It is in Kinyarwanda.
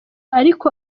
ariko